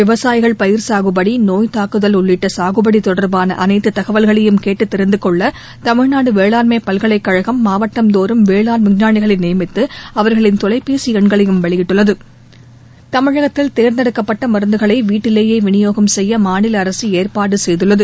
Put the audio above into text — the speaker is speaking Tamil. விவசாயிகள் பயிர் சாகுபடி நோய் தாக்குதல் உள்ளிட்ட சாகுபடி தொடர்பாள அனைத்து தகவல்களையும் கேட்டு தெரிந்து கொள்ள தமிழ்நாடு வேளாண்மை பல்கலைக்கழகம் மாவட்டந்தோறும் வேளாண் விஞ்ஞானிகளை நியமித்து அவர்களின் தொலைபேசி எண்களையும் வெளியிட்டுள்ளது தமிழகத்தில் தோந்தெடுக்கப்பட்ட மருந்துகளை வீட்டிலேயே விநியோகம் செய்ய மாநில அரசு ஏற்பாடு செய்துள்ளது